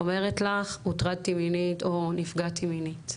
אומרת לך "הוטרדתי מינית" או "נפגעתי מינית".